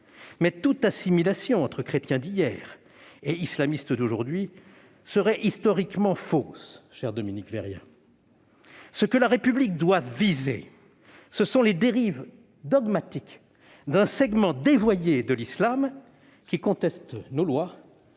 Toute assimilation entre chrétiens d'hier et islamistes d'aujourd'hui serait historiquement fausse, chère Dominique Vérien. Ce que la République doit viser, ce sont les dérives dogmatiques d'un segment dévoyé de l'islam qui conteste nos lois